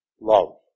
Love